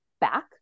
back